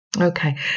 Okay